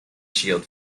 shield